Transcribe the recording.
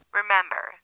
remember